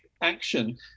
action